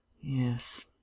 Yes